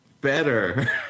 better